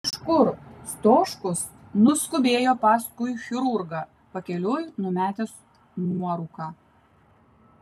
iš kur stoškus nuskubėjo paskui chirurgą pakeliui numetęs nuorūką